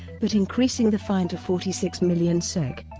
but increasing the fine to forty six million sek.